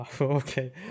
okay